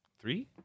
three